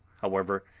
however,